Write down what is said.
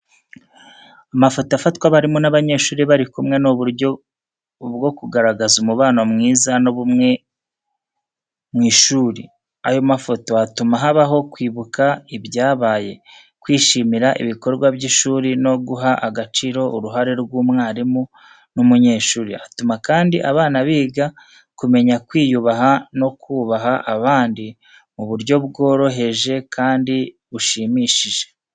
Amafoto afatwa abarimu n’abanyeshuri bari kumwe ni uburyo bwo kugaragaza umubano mwiza n’ubumwe mu ishuri. Ayo mafoto atuma habaho kwibuka ibyabaye, kwishimira ibikorwa by’ishuri no guha agaciro uruhare rw’umwarimu n’umunyeshuri. Atuma kandi abana biga kumenya kwiyubaha no kubaha abandi mu buryo bworoheje kandi bushimishije.